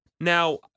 Now